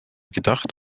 gedacht